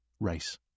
Race